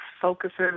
focuses